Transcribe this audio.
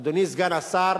אדוני סגן השר,